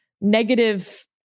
negative